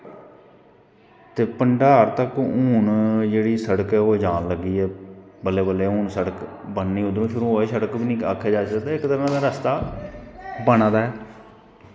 ते भंडार तक हून जेह्ड़ी सड़क ऐ ओह् जान लगी ऐ बल्लैं बल्लैं हून सड़क बननी उध्दरूं फिर सड़क बी नी दिक्खेा जाए ते इक ते रस्ता बना दा ऐ